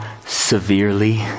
severely